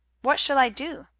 what shall i do?